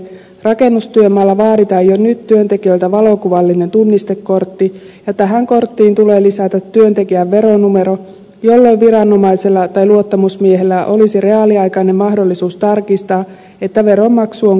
rakennustyömaalla vaaditaan jo nyt työntekijöiltä valokuvallinen tunnistekortti ja tähän korttiin tulee lisätä työntekijän veronumero jolloin viranomaisella tai luottamusmiehellä olisi reaaliaikainen mahdollisuus tarkistaa että veronmaksu on kunnossa